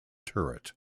turret